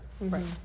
right